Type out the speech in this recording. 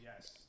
Yes